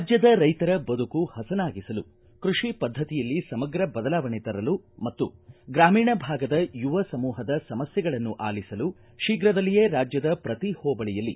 ರಾಜ್ಯದ ರೈತರ ಬದುಕು ಹಸನಾಗಿಸಲು ಕೃಷಿ ಪದ್ದತಿಯಲ್ಲಿ ಸಮಗ್ರ ಬದಲಾವಣೆ ತರಲು ಮತ್ತು ಗ್ರಾಮೀಣ ಭಾಗದ ಯುವ ಸಮೂಪದ ಸಮಸ್ಥೆಗಳನ್ನು ಆಲಿಸಲು ಶೀಘದಲ್ಲಿಯೇ ರಾಜ್ಯದ ಪ್ರತಿ ಹೋಬಳಿಯಲ್ಲಿ